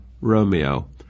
Romeo